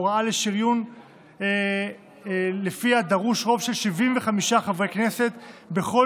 הוראה לשריון שלפיה דרוש רוב של 75 חברי כנסת בכל